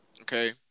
okay